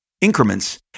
increments